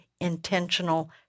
Intentional